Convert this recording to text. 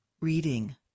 reading